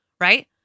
right